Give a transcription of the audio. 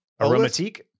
aromatique